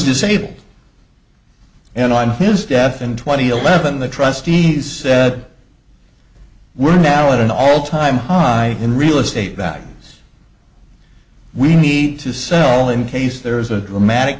disabled and on his death and twenty eleven the trustee said we're now at an all time high in real estate that we need to sell in case there is a dramatic